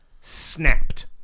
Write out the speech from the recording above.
snapped